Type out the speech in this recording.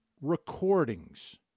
recordings